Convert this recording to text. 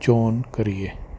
ਚੋਣ ਕਰੀਏ